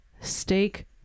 Steak